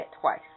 twice